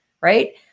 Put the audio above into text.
right